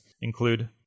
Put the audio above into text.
include